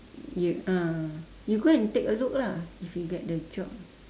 ya ah you go and take a look lah if you get the job